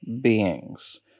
beings